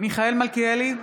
מיכאל מלכיאלי,